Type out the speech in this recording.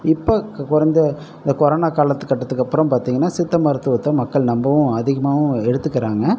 இப்போ குறைந்த இந்த கொரோனா காலகட்டத்துக்கு அப்புறம் பார்த்திங்கன்னா சித்த மருத்துவத்த மக்கள் நம்பவும் அதிகமாகவும் எடுத்துகிறாங்க